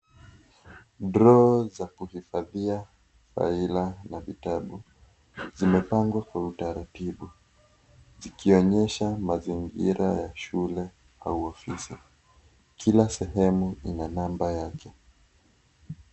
Droo za kuhifadhia faili na vitabu, zimepangwa kwa utaratibu zikionyesha mazingira ya shule au ofisi. Kila sehemu ina namba yake.